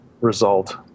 result